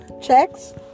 checks